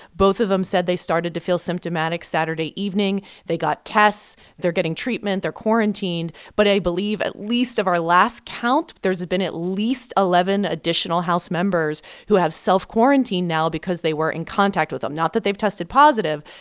both of them said they started to feel symptomatic saturday evening. they got tests. they're getting treatment. they're quarantined. but i believe at least of our last count, there's been at least eleven additional house members who have self-quarantined now because they were in contact with them not that they've tested positive,